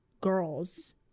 girls